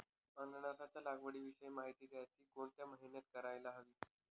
अननसाच्या लागवडीविषयी माहिती द्या, ति कोणत्या महिन्यात करायला हवी?